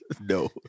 No